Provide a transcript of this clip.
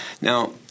Now